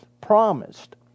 promised